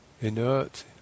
inert